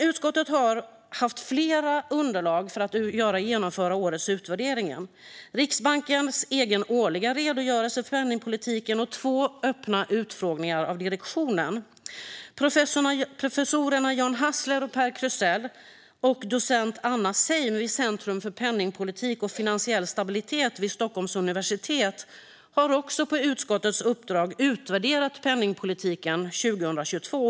Utskottet har haft flera underlag för att genomföra årets utvärdering: Riksbankens egen årliga redogörelse för penningpolitiken och två öppna utfrågningar av direktionen. Professorerna John Hassler och Per Krusell och docent Anna Seim vid Centrum för penningpolitik och finansiell stabilitet vid Stockholms universitet har också på utskottets uppdrag utvärderat penningpolitiken 2022.